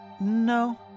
no